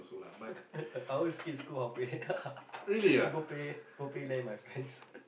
I always skip school halfway then go play go play LAN with my friends